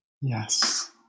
Yes